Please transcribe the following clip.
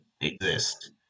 exist